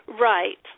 Right